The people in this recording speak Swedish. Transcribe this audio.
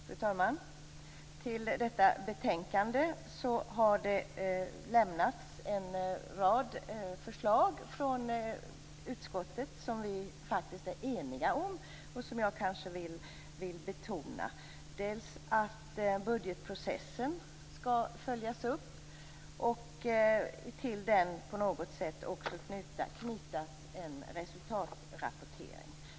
Fru talman! Till detta betänkande har lämnats en rad förslag från utskottet som vi är eniga om och som jag vill betona. Det gäller bl.a. att budgetprocessen skall följas upp, och att det till den på något sätt skall knytas en resultatrapportering.